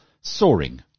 soaring